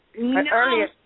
earlier